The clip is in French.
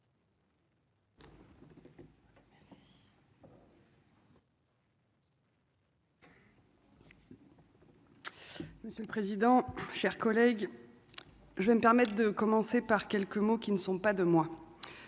Monsieur le président, chers collègues, je vais me permettre de commencer par quelques mots qui ne sont pas de moi